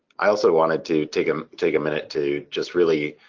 i also wanted to take um take a minute to just really